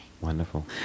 Wonderful